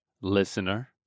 listener